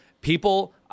people